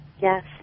yes